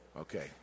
Okay